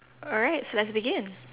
alright so let's begin